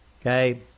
okay